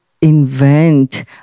invent